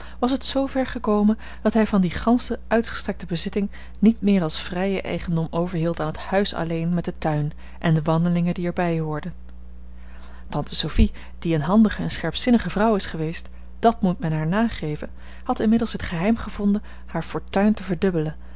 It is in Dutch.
was het zoover gekomen dat hij van die gansche uitgestrekte bezitting niets meer als vrijen eigendom overhield dan het huis alleen met den tuin en de wandelingen die er bij hoorden tante sophie die eene handige en scherpzinnige vrouw is geweest dàt moet men haar nageven had inmiddels het geheim gevonden haar fortuin te verdubbelen